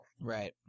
Right